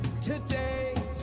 today